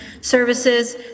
services